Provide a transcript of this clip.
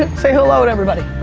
say hello to everybody.